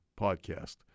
podcast